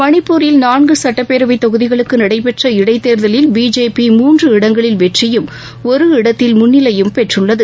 மணிப்பூரில் நான்கு சட்டப் பேரவைத் தொகுதிகளுக்கு நடைபெற்ற இடைத் தேர்தலில் பி ஜே பி மூன்று இடங்களில் வெற்றியும் ஒரு இடத்தில் முன்னிலையும் பெற்றுள்ளது